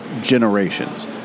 generations